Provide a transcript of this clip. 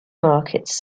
markets